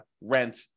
rent